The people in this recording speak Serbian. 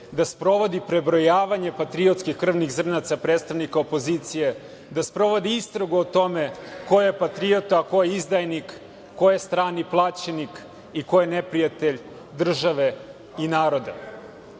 da sprovodi prebrojavanje patriotskih krvnih zrnaca predstavnika opozicije, da sprovodi istragu o tome ko je patriota a ko je izdajnik, ko je strani plaćenik i ko je neprijatelj države i naroda. Ta